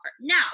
Now